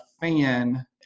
fan